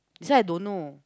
this one I don't know